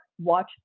watch